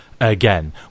again